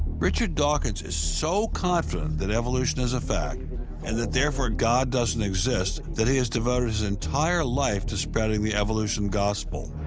richard dawkins is so confident that evolution is a fact and that therefore god doesn't exist that he has devoted his entire life to spreading the evolution gospel.